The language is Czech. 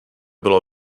bylo